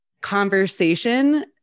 conversation